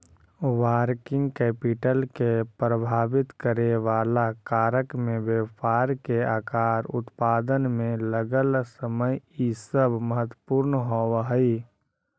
working capital के प्रभावित करेवाला कारक में व्यापार के आकार, उत्पादन में लगल समय इ सब महत्वपूर्ण होव हई